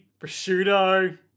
prosciutto